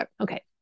okay